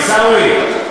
עיסאווי,